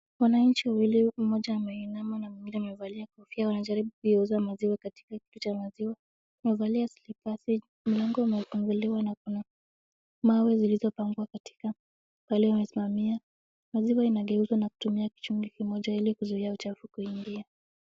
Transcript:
Wananchi wawili moja ameinama na mwingine amevalia kofia wanajaribu kuiuza maziwa katika kituo cha maziwa wamevalia slipasi mlango umefunguliwa ma kuna mawe ziliopangwa pahali wamesimamia maziwa iageuzwa na kutumia kichungi kimoja ili kuzuia uchafu kuingia.